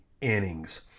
innings